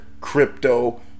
crypto